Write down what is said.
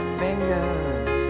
fingers